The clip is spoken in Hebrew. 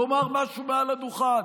לומר משהו מעל הדוכן,